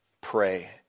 pray